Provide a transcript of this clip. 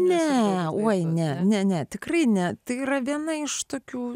ne oi ne ne ne tikrai ne tai yra viena iš tokių